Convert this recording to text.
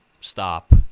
stop